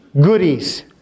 goodies